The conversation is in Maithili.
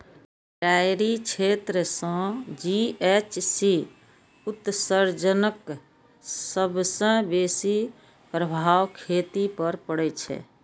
डेयरी क्षेत्र सं जी.एच.सी उत्सर्जनक सबसं बेसी प्रभाव खेती पर पड़ै छै